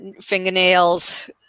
fingernails